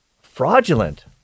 Fraudulent